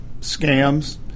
scams